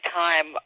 time